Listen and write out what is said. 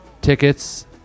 Tickets